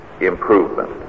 improvement